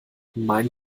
meinen